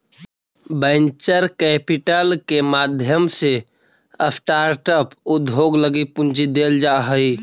venture capital के माध्यम से स्टार्टअप उद्योग लगी पूंजी देल जा हई